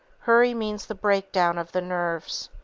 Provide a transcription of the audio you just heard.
hurry means the breakdown of the nerves.